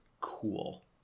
cool